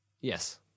Yes